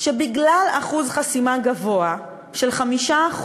ובגלל אחוז חסימה גבוה של 5%,